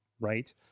right